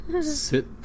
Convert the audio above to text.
sit